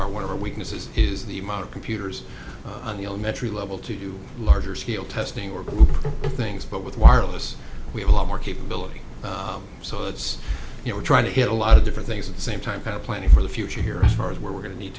our one of our weaknesses is the amount of computers on the elementary level to do larger scale testing or things but with wireless we have a lot more capability so it's you know we're trying to get a lot of different things at the same time kind of planning for the future here as far as where we're going to need